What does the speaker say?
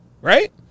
Right